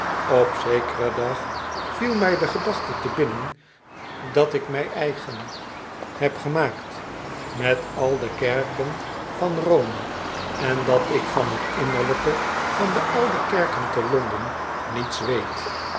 op zekeren dag viel mij de gedachte te binnen datik mij eigen heb gemaakt met al de kerken van rome en dat ik van t innerlijke van de oude kerken te londen niets weet